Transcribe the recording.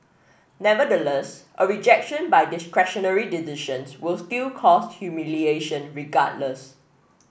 nevertheless a rejection by discretionary decisions will still cause humiliation regardless